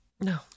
No